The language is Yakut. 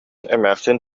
эмээхсин